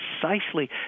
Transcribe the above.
precisely